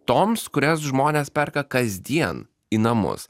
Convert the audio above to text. toms kurias žmonės perka kasdien į namus